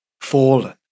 fallen